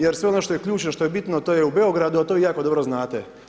Jer sve ono što je ključno, što je bitno to je u Beogradu, a to vi jako dobro znate.